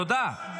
תודה.